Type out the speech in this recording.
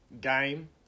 game